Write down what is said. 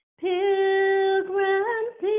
pilgrims